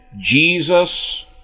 Jesus